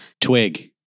Twig